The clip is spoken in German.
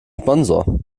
sponsor